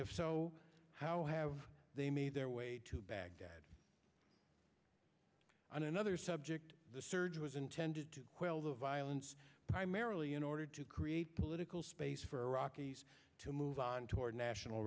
if so how have they made their way to baghdad on another subject the surge was intended to quell the violence primarily in order to create a political space for iraqis to move on toward national